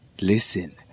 listen